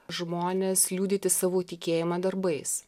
žmones liudyti savo tikėjimą darbais